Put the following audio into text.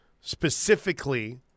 Specifically